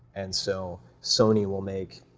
and so sony will make